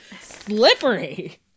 slippery